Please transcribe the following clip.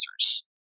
answers